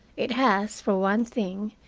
it has, for one thing,